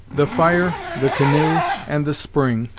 the fire, the canoe, and the spring,